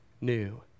new